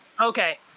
okay